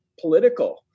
political